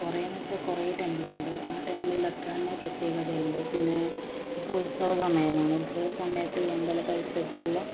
കുറേ എന്നു വെച്ചാൽ കുറേ ടെമ്പിൾ ഉണ്ട് ആ ടെമ്പിളിൽ അത്ര തന്നെ പ്രത്യേകത ഉണ്ട് പിന്നെ ഇപ്പോൾ ഉത്സവസമയമാണ് ഉത്സവസമയത്ത് ഈ അമ്പലപരിസരത്തെല്ലാം